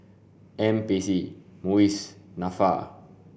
N P C MUIS NAFA